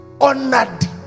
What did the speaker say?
honored